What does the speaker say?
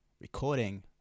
recording